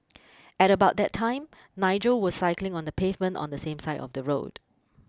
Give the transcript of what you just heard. at about that time Nigel was cycling on the pavement on the same side of the road